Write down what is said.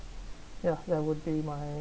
ya that would be my